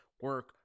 Work